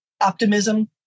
optimism